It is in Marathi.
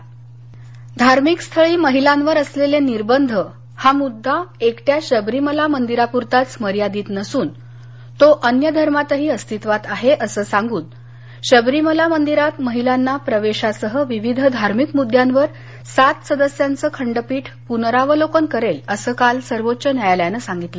शवरीमला धार्मिक स्थळी महिलांवर असलेले निर्बंध हा मुद्रा एकट्या शबरीमला मंदिरापुरताच मर्यादित नसून तो अन्य धर्मातही अस्तित्वात आहे असं सांगन शबरीमला मंदिरात महिलाना प्रवेशासह विविध धार्मिक मृद्यांवर सात सदस्यांचं खंडपीठ पूनरावलोकन करेल असं काल सर्वोच्च न्यायालयानं सांगितलं